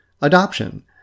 adoption